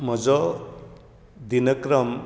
म्हजो दिनक्रम